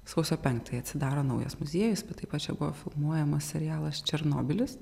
sausio penktąją atsidaro naujas muziejus bet taip pat čia buvo filmuojamas serialas černobylis